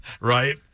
Right